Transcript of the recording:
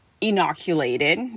inoculated